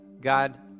god